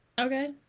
okay